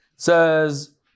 says